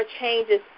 changes